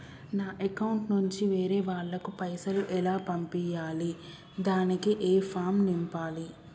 నా అకౌంట్ నుంచి వేరే వాళ్ళకు పైసలు ఎలా పంపియ్యాలి దానికి ఏ ఫామ్ నింపాలి?